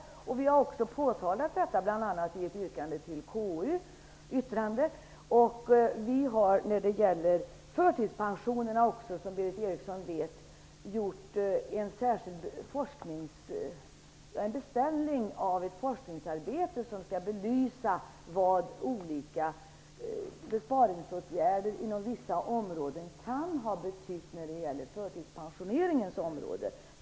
Utskottet har också påtalat detta, bl.a. i ett yttrande till KU. Vi har när det gäller förtidspensionerna -- som Berith Eriksson vet -- också gjort en särskild beställning av ett forskningsarbete som skall belysa vad olika åtgärder inom vissa områden kan ha betytt för förtidspensioneringen.